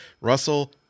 Russell